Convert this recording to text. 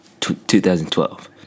2012